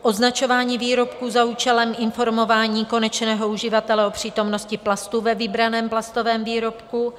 Označování výrobků za účelem informování konečného uživatele o přítomnosti plastu ve vybraném plastovém výrobku.